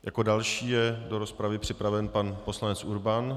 Jako další je do rozpravy připraven pan poslanec Urban.